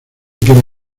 quien